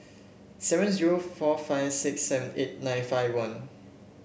seven zero four five six seven eight nine five one